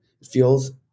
feels